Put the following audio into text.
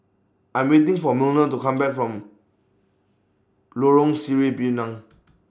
I'm waiting For Wilmer to Come Back from Lorong Sireh Pinang